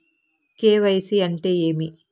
KYC అంటే ఏమి?